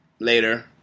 Later